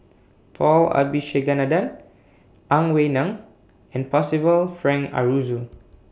Paul Abisheganaden Ang Wei Neng and Percival Frank Aroozoo